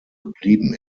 geblieben